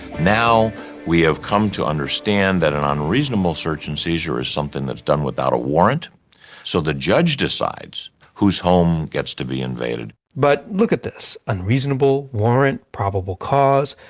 now we have come to understand that an unreasonable search and seizure is something that's done without a warrant so the judge decides whose home gets to be invaded. but look at this. unreasonable. warrant. probable cause.